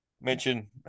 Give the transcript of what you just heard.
mention